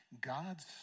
God's